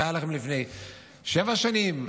שהייתה לכם לפני שבע שנים,